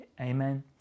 Amen